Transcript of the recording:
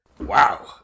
Wow